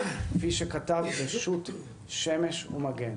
כפי שכתב בשו"ת שמ"ש ומגן: